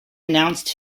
announced